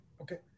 Okay